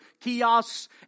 kiosks